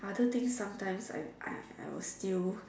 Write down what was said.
other thing sometimes I I I will still